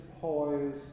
poise